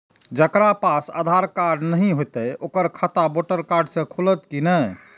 जकरा पास आधार कार्ड नहीं हेते ओकर खाता वोटर कार्ड से खुलत कि नहीं?